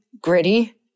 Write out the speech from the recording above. gritty